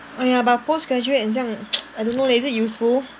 !aiya! but postgraduate 很像 I don't know leh is it useful